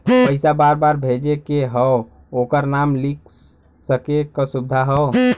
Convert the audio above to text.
पइसा बार बार भेजे के हौ ओकर नाम लिख सके क सुविधा हौ